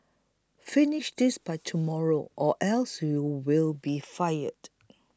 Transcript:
finish this by tomorrow or else you will be fired